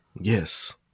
Yes